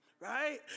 Right